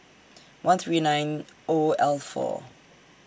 one three nine O L four